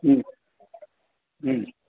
ہوں ہوں